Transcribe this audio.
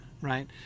right